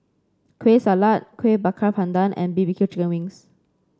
Kueh Salat Kuih Bakar Pandan and B B Q Chicken Wings